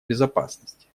безопасности